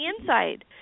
inside